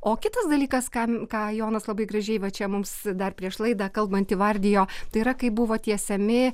o kitas dalykas kam ką jonas labai gražiai va čia mums dar prieš laidą kalbant įvardijo tai yra kai buvo tiesiami